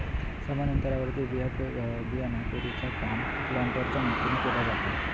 समान अंतरावर बियाणा पेरूचा काम प्लांटरच्या मदतीने केला जाता